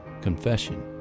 confession